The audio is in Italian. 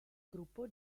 gruppo